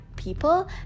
people